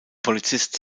polizist